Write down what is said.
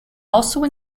also